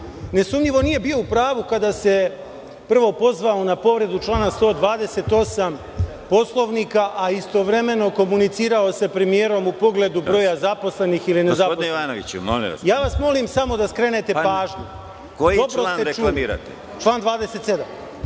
jedinicama, nije bio u pravu kada se pozvao na povredu člana 128. Poslovnika, a istovremeno komunicirao sa premijerom u pogledu broja zaposlenih ili nezaposlenih. Ja vas molim samo da skrenete pažnju, reklamiram član 27.